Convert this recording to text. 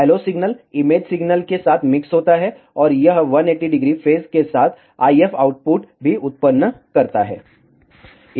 LO signal image signal के साथ mix होता है और यह 180° फेज के साथ IF आउटपुट भी उत्पन्न करता है